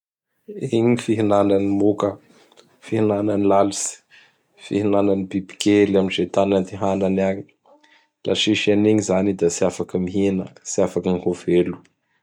Igny ny fihinanany moka, fihinanay lalitsy, fihinanay bibikely amin'izay tany andehanany agny. Laha tsisy anigny izany i da tsy afaky mihina, tsy afaky gny ho velo.